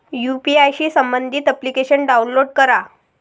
UPI शी संबंधित application download करा